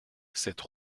cette